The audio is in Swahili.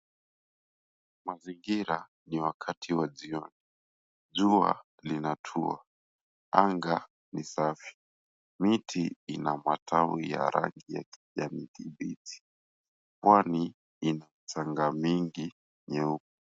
Mazingira ni wakati wa jioni. Jua linatua, anga ni safi, miti ina matawi ya rangi ya kijani kibichi. Pwani ina mchanga mingi nyeupe.